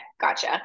Gotcha